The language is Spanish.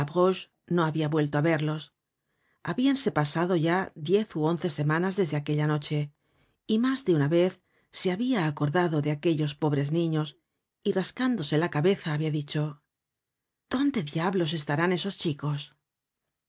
no habia vuelto á verlos habíanse pasado ya diez ú once semanas desde aquella noche y mas de una vez se habia acordado de aquellos pobres niños y rascándose la cabeza habia dicho dónde diablos estarán esos chicos